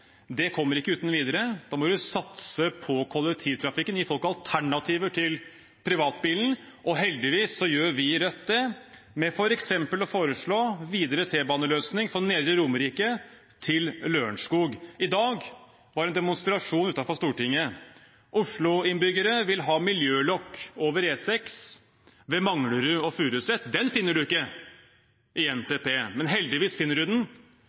Det kommer ikke uten videre. Da må vi satse på kollektivtrafikken, gi folk alternativer til privatbilen, og heldigvis gjør vi i Rødt det med f.eks. å foreslå videre T-baneløsning for Nedre Romerike til Lørenskog. I dag var det en demonstrasjon utenfor Stortinget. Oslo-innbyggere vil ha miljølokk over E6 ved Manglerud og Furuset. Det finner vi ikke i NTP, men heldigvis finner